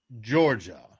Georgia